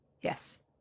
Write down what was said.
yes